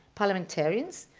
parliamentarians,